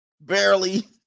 barely